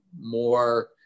more